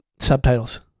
subtitles